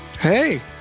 Hey